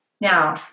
Now